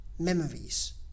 memories